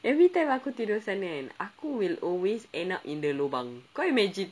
every time aku tidur sana kan aku will always end up in the lubang can you imagine